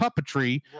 puppetry